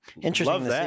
interesting